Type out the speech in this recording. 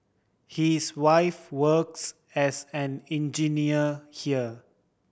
he is wife works as an engineer here